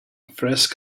frisk